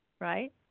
right